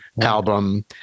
album